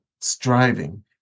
striving